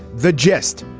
the gist,